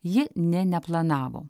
ji nė neplanavo